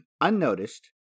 unnoticed